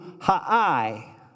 Ha'ai